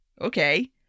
okay